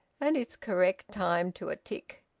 and it's correct time to a tick.